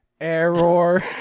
Error